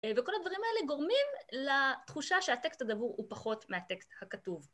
וכל הדברים האלה גורמים לתחושה שהטקסט הדבור הוא פחות מהטקסט הכתוב.